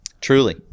truly